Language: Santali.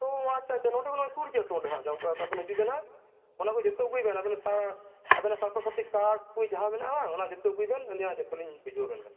ᱚ ᱟᱪᱪᱷᱟ ᱟᱪᱪᱷᱟ ᱱᱚᱰᱮ ᱠᱷᱚᱱᱟᱜ ᱥᱩᱨ ᱜᱮᱭᱟ ᱛᱚ ᱡᱟᱢᱛᱚᱲᱟ ᱠᱷᱚᱱ ᱟᱵᱮᱱ ᱦᱤᱡᱩ ᱵᱮᱱ ᱦᱟᱸᱜ ᱚᱱᱟᱠᱚ ᱡᱚᱛᱚ ᱟᱹᱜᱩᱭ ᱵᱮᱱ ᱟᱵᱮᱱᱟᱜ ᱠᱟᱥᱴ ᱟᱵᱮᱱᱟᱜ ᱥᱟᱥᱛᱷᱚ ᱥᱟᱛᱷᱤ ᱠᱟᱨᱰ ᱠᱚ ᱡᱟᱦᱟᱸ ᱢᱮᱱᱟᱜᱼᱟ ᱚᱱᱟ ᱠᱚ ᱡᱚᱛᱚ ᱟᱹᱜᱩᱭᱵᱮᱱ ᱟᱞᱤᱧ ᱦᱟᱸᱜ ᱡᱚᱛᱚᱞᱤᱧ ᱵᱩᱡᱷᱟᱹᱣᱵᱮᱱ ᱠᱟᱱᱟ